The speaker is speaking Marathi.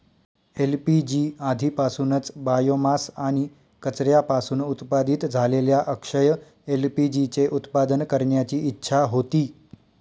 एल.पी.जी आधीपासूनच बायोमास आणि कचऱ्यापासून उत्पादित झालेल्या अक्षय एल.पी.जी चे उत्पादन करण्याची इच्छा होती